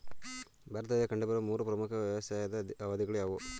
ಭಾರತದಲ್ಲಿ ಕಂಡುಬರುವ ಮೂರು ಪ್ರಮುಖ ವ್ಯವಸಾಯದ ಅವಧಿಗಳು ಯಾವುವು?